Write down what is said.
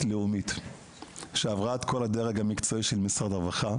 לאומית שעברה את כל הדרג המקצועי של משרד הרווחה,